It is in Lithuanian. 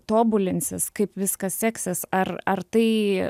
tobulinsis kaip viskas seksis ar ar tai